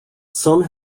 some